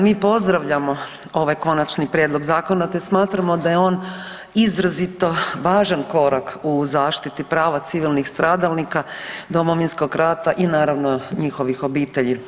Mi pozdravljamo ovaj konačni prijedlog zakona te smatramo da je on izrazito važan korak u zaštiti prava civilnih stradalnika Domovinskog rata i naravno njihovih obitelji.